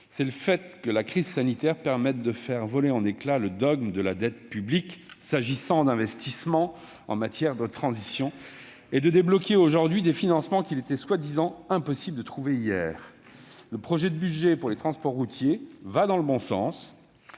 c'est le fait que la crise sanitaire permet de faire voler en éclat le « dogme de la dette publique » s'agissant d'investissements en matière de transition et de débloquer, aujourd'hui, des financements dont on disait, hier, qu'ils étaient impossibles à trouver. Le projet de budget pour les transports routiers va dans le bon sens